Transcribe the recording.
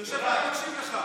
אני יושב פה ומקשיב לך.